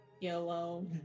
yellow